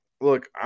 look